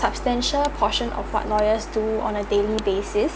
substantial portion of what lawyers to on a daily basis